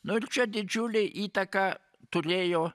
nu ir čia didžiulę įtaką turėjo